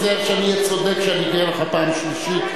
תיזהר שאני אהיה צודק כשאקרא אותך פעם שלישית.